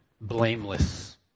blameless